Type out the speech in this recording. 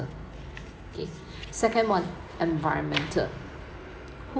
okay second one environmental who